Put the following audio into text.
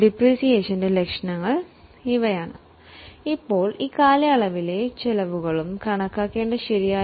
depreciation കണക്കിടുന്നതിന്റെ objectives ഇവയാണ്